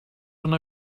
una